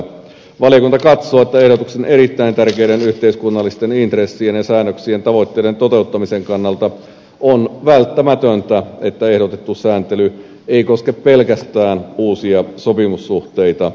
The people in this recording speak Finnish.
valiokunta katsoo että ehdotuksen erittäin tärkeiden yhteiskunnallisten intressien ja säännöksien tavoitteiden toteuttamisen kannalta on välttämätöntä että ehdotettu sääntely ei koske pelkästään uusia sopimussuhteita